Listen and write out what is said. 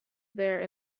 there